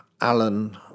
Alan